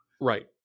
Right